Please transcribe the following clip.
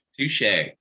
Touche